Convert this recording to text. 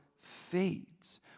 fades